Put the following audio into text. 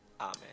Amen